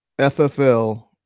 FFL